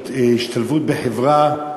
השתלבות בחברה,